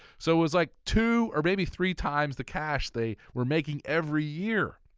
so it was like two or maybe three times the cash they were making every year,